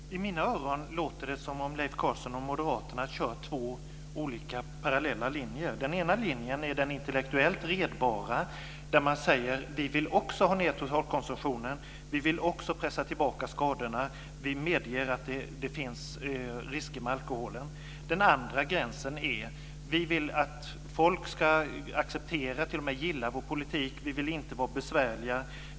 Fru talman! I mina öron låter det som att Leif Carlson och moderaterna kör på två olika parallella linjer. Den ena linjen är den intellektuellt redbara där man säger: Vi vill också ha ned totalkonsumtionen. Vi vill också pressa tillbaka skadorna. Vi medger att det finns risker med alkoholen. Den andra linjen är: Vi vill att folk ska acceptera och t.o.m. gilla vår politik. Vi vill inte vara besvärliga.